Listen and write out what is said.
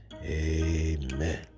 Amen